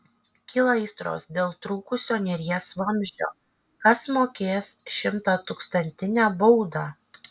kyla aistros dėl trūkusio neries vamzdžio kas mokės šimtatūkstantinę baudą